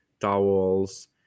towels